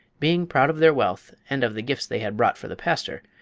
being proud of their wealth and of the gifts they had brought for the pastor,